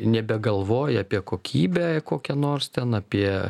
nebegalvoji apie kokybę kokią nors ten apie